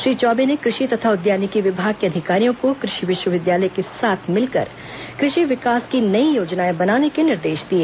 श्री चौबे ने कृषि तथा उद्यानिकी विभाग के अधिकारियों को कृषि विश्वविद्यालय के साथ मिलकर कृषि विकास की नई योजनाएं बनाने के निर्देश दिए